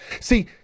See